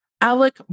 Alec